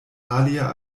alia